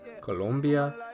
Colombia